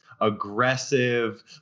aggressive